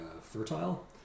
fertile